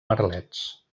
merlets